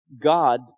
God